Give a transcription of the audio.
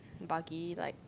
buggy like